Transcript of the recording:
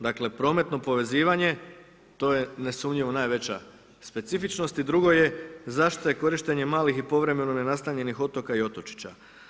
Dakle prometno povezivanje to je nesumnjivo najveća specifičnost i drugo je zašto je korištenje malih i povremeno nenastanjenih otoka i otočića.